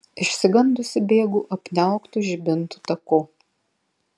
išsigandusi bėgu apniauktu žibintų taku